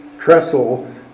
trestle